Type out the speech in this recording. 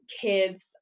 kids